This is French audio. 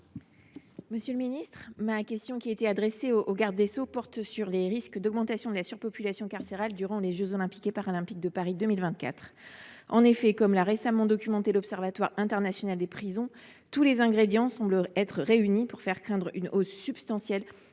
Monsieur le ministre, ma question porte sur les risques d’augmentation de la surpopulation carcérale durant les jeux Olympiques et Paralympiques (JOP) de Paris 2024. En effet, comme l’a récemment documenté l’Observatoire international des prisons (OIP), tous les ingrédients semblent réunis pour faire craindre une hausse substantielle